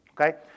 okay